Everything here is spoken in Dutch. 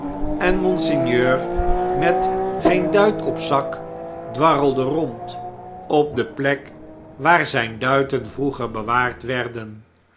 en monseigneur met geen duit op zak dwarrelde rond op de plek waar zgn duiten vroeger bewaard werden